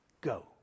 Go